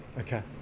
Okay